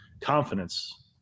Confidence